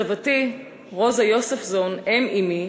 סבתי רוזה יוספזון, אם-אמי,